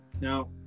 Now